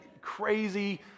crazy